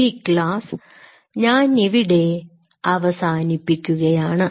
ഈ ക്ലാസ് ഞാനിവിടെ അവസാനിപ്പിക്കുകയാണ്